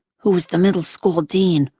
who was the middle-school dean,